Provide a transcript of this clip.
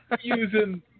using